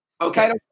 Okay